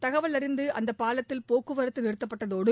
தகவல் அறிந்து அந்த பாலத்தில் போக்குவரத்து நிறுத்தப்பட்டதோடு